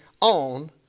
on